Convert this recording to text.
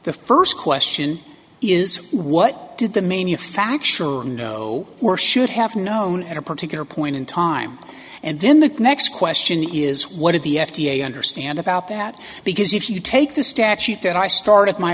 the first question is what did the mania factual know or should have known at a particular point in time and then the next question is what did the f d a understand about that because if you take the statute that i started my